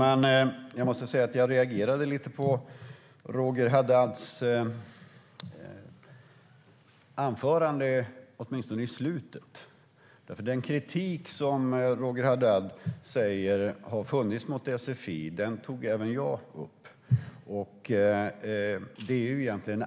Fru talman! Jag reagerade lite på Roger Haddads anförande - åtminstone vad han sa i slutet. Den kritik som Roger Haddad säger har funnits mot sfi tog även jag upp.